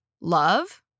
love